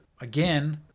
again